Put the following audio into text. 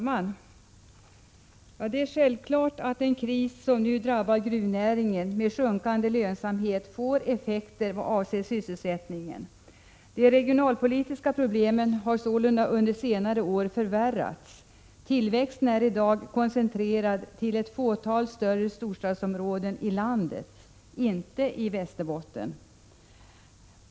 Herr talman! Det är självklart att den kris som nu drabbar gruvnäringen med minskande lönsamhet får effekter vad avser sysselsättningen. De regionalpolitiska problemen har sålunda förvärrats under senare år. Tillväxten är i dag koncentrerad till ett fåtal storstadsområden i landet, inte till Västerbotten.